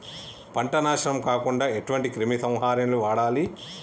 పంట నాశనం కాకుండా ఎటువంటి క్రిమి సంహారిణిలు వాడాలి?